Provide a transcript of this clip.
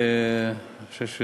אדוני, אני חושב,